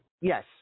Yes